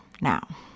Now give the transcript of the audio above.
now